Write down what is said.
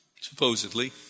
supposedly